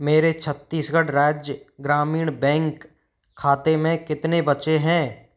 मेरे छत्तीसगढ़ राज्य ग्रामीण बैंक खाते में कितने बचे हैं